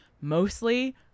mostly